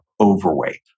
overweight